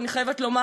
ואני חייבת לומר,